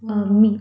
!wow!